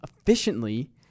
efficiently